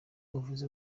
uvuze